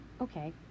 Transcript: Okay